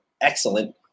excellent